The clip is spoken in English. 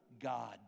God